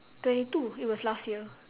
twenty two it was last year